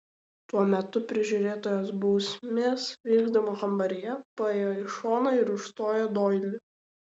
tuo metu prižiūrėtojas bausmės vykdymo kambaryje paėjo į šoną ir užstojo doilį